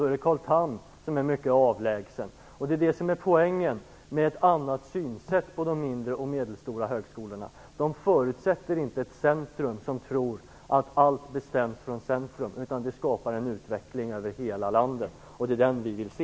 Då är det Carl Tham som är mycket avlägsen. Det här är poängen med ett annat synsätt på de mindre och medelstora högskolorna. De förutsätter inte ett centrum som tror att allt bestäms från centrum. De skapar en utveckling över hela landet, och det är den vi vill se.